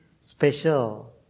special